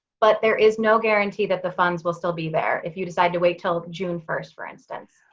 but there is no guarantee that the funds will still be there if you decide to wait until june first, for instance.